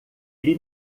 ele